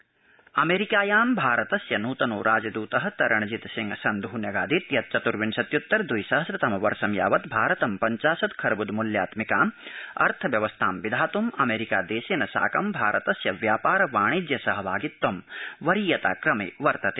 America भारतम् सन्ध् अमेरिकायां भारतस्य नतनो राजदत तरणजीत सिंह सन्ध न्यगादीत यत् चतर्विंशत्यत्तर द्वि सहम्र तम वर्ष यावत भारतं पञ्चाशद् खर्ब्द मूल्यात्मिकाम् अर्थव्यवस्थां विधात्म् अमेरिका देशेन साकं भारतस्य व्यापार वाणिज्य सहभागित्वं वरीयताक्रमे वर्तते